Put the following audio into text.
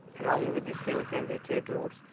along with the silk and the trade routes,